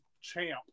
champ